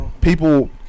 people